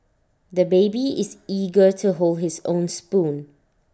the baby is eager to hold his own spoon